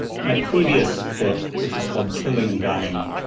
my previous book, which was called killing and dying,